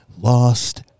lost